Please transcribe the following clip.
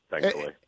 Thankfully